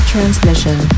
Transmission